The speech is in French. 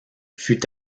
fut